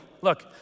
Look